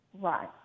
Right